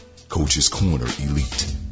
CoachesCornerElite